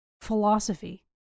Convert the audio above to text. philosophy